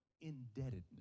indebtedness